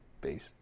based